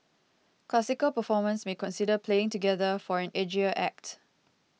classical performers may consider playing together for an edgier act